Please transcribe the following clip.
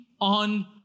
on